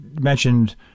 mentioned